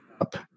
up